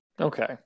Okay